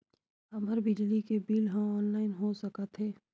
हमर बिजली के बिल ह ऑनलाइन हो सकत हे?